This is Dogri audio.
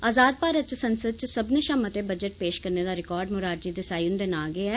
आजाद भारत च संसद च सब्मनें षा मता बजट पेश करने दा रिकार्ड मोरारजी देसाई हुंदे गै नांऽ ऐ